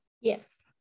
Yes